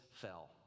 fell